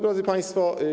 Drodzy Państwo!